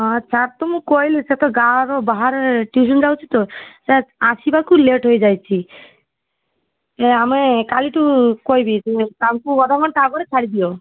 ହଁ ସାର୍ ତ ମୁଁ କହିଲି ସେତ ଗାଁର ବାହାରେ ଟିଉସନ୍ ଯାଉଛି ତ ସାର୍ ଆସିବାକୁ ଲେଟ୍ ହେଇଯାଇଛି ଏ ଆମେ କାଲିଠୁ କହିବି ଯେ ତା'କୁ ଅଧଘଣ୍ଟା ଆଗରୁ ଛାଡ଼ିଦିଅ